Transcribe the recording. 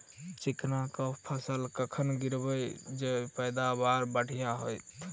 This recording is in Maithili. चिकना कऽ फसल कखन गिरैब जँ पैदावार बढ़िया होइत?